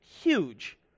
huge